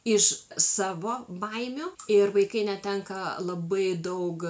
iš savo baimių ir vaikai netenka labai daug